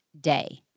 day